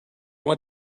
want